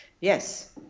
Yes